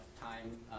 time